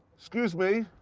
excuse me.